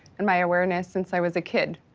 and my awareness since i was a kid.